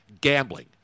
Gambling